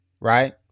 right